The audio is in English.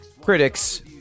critics